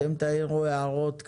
אתם תעירו הערות,